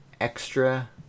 extra